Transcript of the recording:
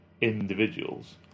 individuals